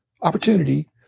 opportunity